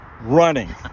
running